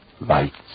Lights